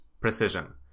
precision